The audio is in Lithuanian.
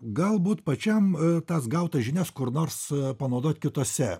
galbūt pačiam tas gautas žinias kur nors panaudot kitose